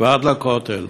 ועד לכותל.